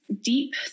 deep